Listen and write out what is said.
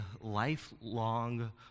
lifelong